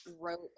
wrote